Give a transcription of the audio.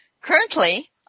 Currently